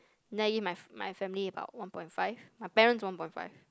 then I give my my family about one point five my parents one point five